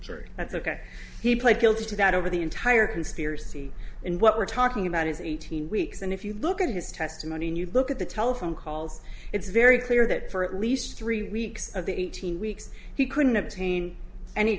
sorry that's ok he pled guilty to that over the entire conspiracy and what we're talking about is eighteen weeks and if you look at his testimony and you look at the telephone calls it's very clear that for at least three weeks of the eighteen weeks he couldn't obtain any